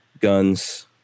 guns